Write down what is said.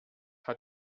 hat